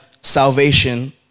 salvation